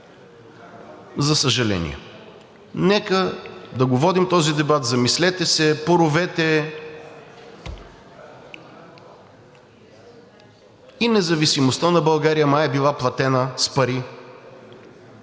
за съжаление! Нека да го водим този дебат, замислете се, поровете – и независимостта на България май е била платена с пари.